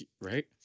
Right